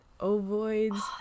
ovoids